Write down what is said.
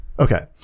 Okay